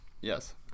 Yes